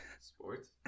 sports